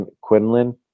Quinlan